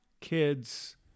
kids